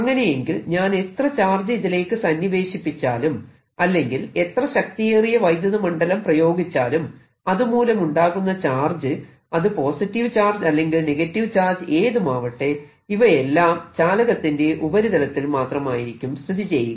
അങ്ങനെയെങ്കിൽ ഞാൻ എത്ര ചാർജ് ഇതിലേക്ക് സന്നിവേശിപ്പിച്ചാലും അല്ലെങ്കിൽ എത്ര ശക്തിയേറിയ വൈദ്യുത മണ്ഡലം പ്രയോഗിച്ചാലും അതുമൂലമുണ്ടാകുന്ന ചാർജ് അത് പോസിറ്റീവ് ചാർജ് അല്ലെങ്കിൽ നെഗറ്റീവ് ചാർജ് ഏതുമാവട്ടെ ഇവയെല്ലാം ചാലകത്തിന്റെ ഉപരിതലത്തിൽ മാത്രമായിരിക്കും സ്ഥിതിചെയ്യുക